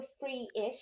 free-ish